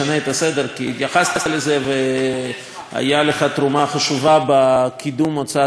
כי התייחסת לזה והייתה לך תרומה חשובה בקידום הוצאת מכל האמוניה,